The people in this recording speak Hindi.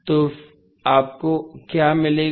तो आपको क्या मिलेगा